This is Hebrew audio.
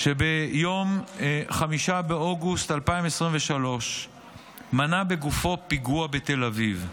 שביום 5 באוגוסט 2023 מנע בגופו פיגוע בתל אביב.